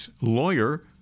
lawyer